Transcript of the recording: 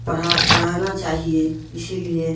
پڑھا پڑھانا چاہیے اسی لیے